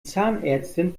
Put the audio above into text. zahnärztin